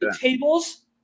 tables